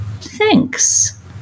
Thanks